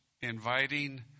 inviting